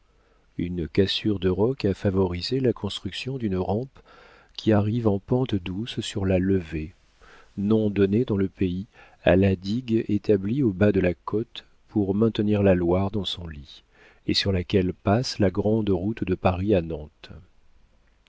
une cassure de roc a favorisé la construction d'une rampe qui arrive en pente douce sur la levée nom donné dans le pays à la digue établie au bas de la côte pour maintenir la loire dans son lit et sur laquelle passe la grande route de paris